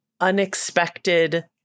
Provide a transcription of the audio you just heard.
unexpected